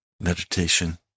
meditation